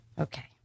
Okay